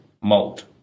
mold